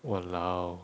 !walao!